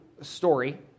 story